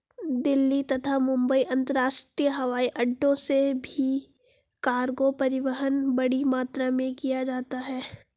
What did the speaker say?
दिल्ली तथा मुंबई अंतरराष्ट्रीय हवाईअड्डो से भी कार्गो परिवहन बड़ी मात्रा में किया जाता है